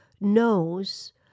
knows